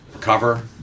cover